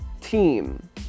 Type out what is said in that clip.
team